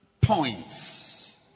points